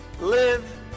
live